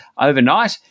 overnight